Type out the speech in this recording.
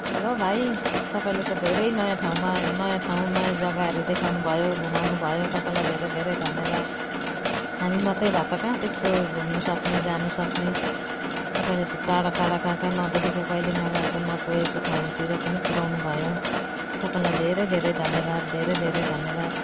hello भाइ तपाईँले त धेरै नयाँ ठाउँमा नयाँ ठाउँ नयाँ जग्गाहरू देखाउनुभयो घुमाउनुभयो तपाईँलाई धेरै धेरै धन्यवाद हामी मात्रै भए त कहाँ त्यस्तो घुम्नुसक्ने जानुसक्ने तपाईँले त टाढा टाढा काँ काँ नदेखेको कहिले नगएको नपुगेको ठाउँतिर पनि पुऱ्याउनुभयो तपाईँलाई धेरै धेरै धन्यवाद धेरै धेरै धन्यवाद